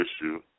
Issue